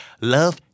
Love